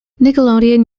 nickelodeon